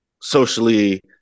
socially